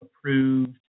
approved